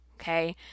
okay